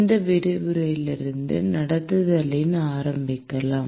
இந்த விரிவுரையிலிருந்து நடத்துதலுடன் ஆரம்பிக்கலாம்